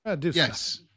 Yes